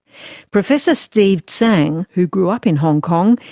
professor steve tsang, who grew up in hong kong,